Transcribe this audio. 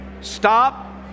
Stop